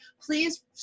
please